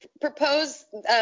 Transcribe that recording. Propose